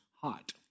hot